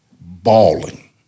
bawling